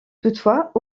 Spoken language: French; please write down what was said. toutefois